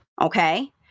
okay